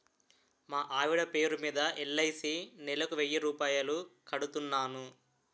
మా ఆవిడ పేరు మీద ఎల్.ఐ.సి నెలకు వెయ్యి రూపాయలు కడుతున్నాను